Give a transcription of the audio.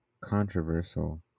controversial